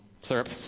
syrup